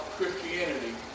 Christianity